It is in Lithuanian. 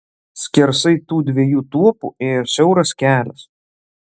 skersai tų dviejų tuopų ėjo siauras kelias